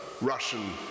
Russian